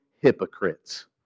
hypocrites